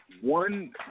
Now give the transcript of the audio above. one